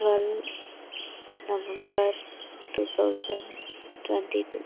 twelve November two thousand twenty two